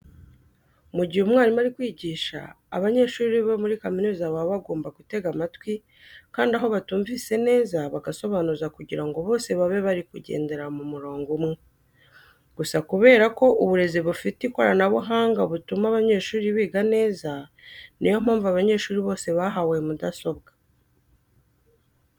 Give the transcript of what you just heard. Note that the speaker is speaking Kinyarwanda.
Mu gihe umwarimu ari kwigisha abanyeshuri bo muri kaminuza baba bagomba gutega amatwi kandi aho batumvise neza bagasobanuza kugira ngo bose babe bari kugendera mu murongo umwe. Gusa kubera ko uburezi bufite ikoranabuhanga butuma abanyeshuri biga neza, ni yo mpamvu abanyeshuri bose bahawe mudasobwa.